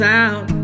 out